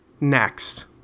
Next